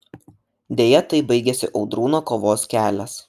deja taip baigėsi audrūno kovos kelias